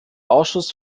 ausschuss